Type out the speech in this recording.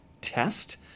test